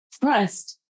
trust